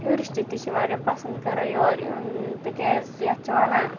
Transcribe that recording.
tourist تہِ چھِ واریاہ پَسنٛد کَران یور یُن تِکیٛازِ یَتھ چھِ وَنان